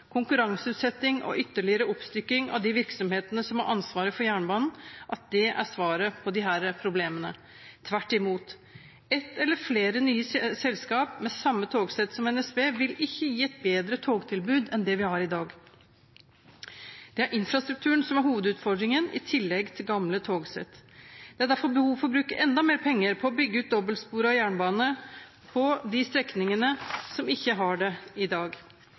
konkurranseutsetting og ytterligere oppstykking av de virksomhetene som har ansvaret for jernbanen – er svaret på disse problemene. Tvert imot. Ett eller flere nye selskap med samme togsett som NSB, vil ikke gi et bedre togtilbud enn det vi har i dag. Det er infrastrukturen som er hovedutfordringen, i tillegg til gamle togsett. Det er derfor behov for å bruke enda mer penger på å bygge ut dobbeltsporet jernbane på de strekningene som ikke har det i dag,